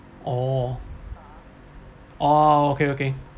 oh okay okay